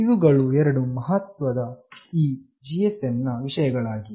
ಇವುಗಳು ಎರಡು ಮಹತ್ವವಾದ ಈ GSM ನ ವಿಷಯವಾಗಿದೆ